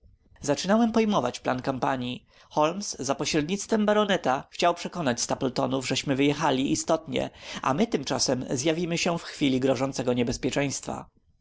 zaczynałem pojmować plan kampanii holmes za pośrednictwem baroneta chciał przekonać stapletonów żeśmy wyjechali istotnie a my tymczasem zjawimy się w chwili grożącego niebezpieczeństwa